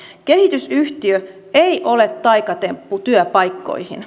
kehitysyhtiö ei ole taikatemppu työpaikkoihin